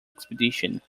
expedition